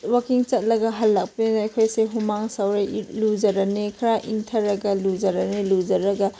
ꯋꯥꯛꯀꯤꯡ ꯆꯠꯂꯒ ꯍꯜꯂꯛꯄꯅꯤꯅ ꯑꯩꯈꯣꯏꯁꯦ ꯍꯨꯃꯥꯡ ꯁꯧꯔ ꯏꯔꯨ ꯂꯨꯖꯒꯅꯤ ꯈꯔ ꯏꯪꯊꯔꯒ ꯂꯨꯖꯔꯅꯤ ꯂꯨꯖꯔꯒ